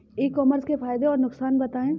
ई commerce के फायदे और नुकसान बताएँ?